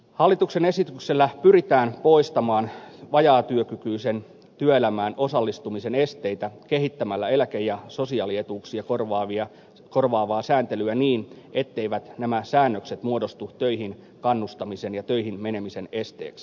hallituksen esityksellä pyritään poistamaan vajaatyökykyisen työelämään osallistumisen esteitä kehittämällä eläke ja sosiaalietuuksia korvaavaa sääntelyä niin etteivät nämä säännökset muodostu töihin kannustamisen ja töihin menemisen esteeksi